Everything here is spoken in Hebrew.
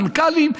מנכ"לים,